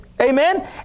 Amen